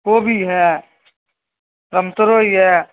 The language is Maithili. कोबी हइ रामतोरइ अइ